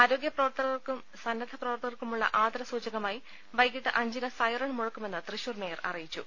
ആരോഗ്യ പ്രവർത്ത കർക്കും സ്ന്നദ്ധ പ്രവർത്തകർക്കുമുള്ള ആദര സൂചകമായി വൈകിട്ട് അഞ്ചിന് സൈറൺ മുഴക്കുമെന്ന് തൃശൂർ മേയർ അറി യിച്ചു